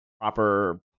proper